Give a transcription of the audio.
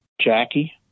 Jackie